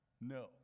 No